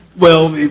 well,